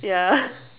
ya